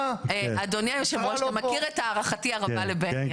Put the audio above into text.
אדוני יושב הראש, אתה מכיר את הערכתי הרבה לבני.